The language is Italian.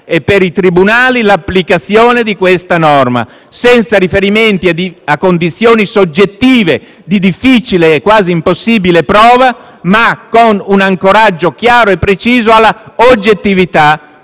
e i tribunali l'applicazione della norma, senza riferimenti a condizioni soggettive di difficile e quasi impossibile prova, con un ancoraggio chiaro e preciso all'oggettività